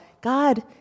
God